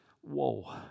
whoa